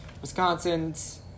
Wisconsin's